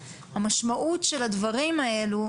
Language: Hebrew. המשמעות של הדברים האלו,